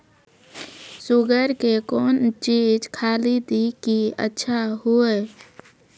Sugar के कौन चीज खाली दी कि अच्छा हुए?